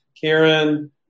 Karen